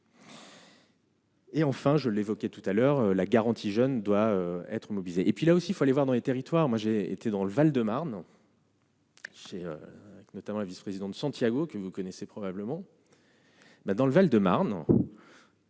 Et enfin, je l'évoquais tout à l'heure, la garantie jeunes doit être mobilisé, et puis, là aussi, il faut aller voir dans les territoires, moi j'ai été dans le Val-de-Marne. C'est notamment la vice-président de Santiago, que vous connaissez probablement. Mais, dans le Val-de-Marne.